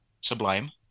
Sublime